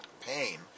pain